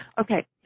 Okay